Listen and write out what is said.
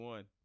One